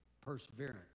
perseverance